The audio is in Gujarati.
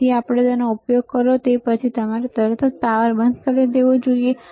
તેથી તમે તેનો ઉપયોગ કરો તે પછી તમારે તરત જ પાવર બંધ કરી દેવો જોઈએ